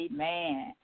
Amen